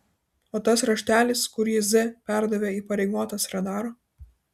o tas raštelis kurį z perdavė įpareigotas radaro